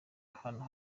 ahantu